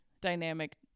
dynamic